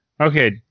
Okay